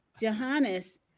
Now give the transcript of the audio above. Johannes